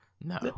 No